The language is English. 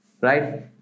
right